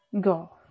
go